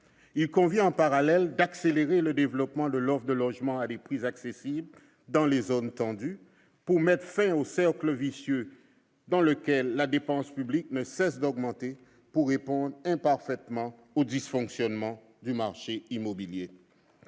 Il convient, en parallèle, d'accélérer le développement de l'offre de logements à des prix accessibles dans les zones tendues pour mettre fin au cercle vicieux dans lequel la dépense publique ne cesse d'augmenter pour répondre imparfaitement aux dysfonctionnements du marché immobilier.